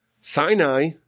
Sinai